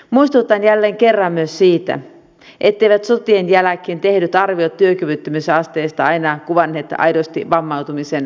muistutan jälleen kerran myös siitä etteivät sotien jälkeen tehdyt arviot työkyvyttömyysasteesta aina kuvanneet aidosti vammautumisen laajuutta